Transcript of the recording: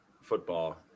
football